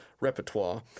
repertoire